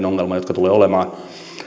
ongelma jotka tulevat olemaan että